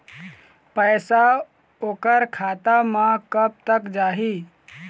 पैसा ओकर खाता म कब तक जाही?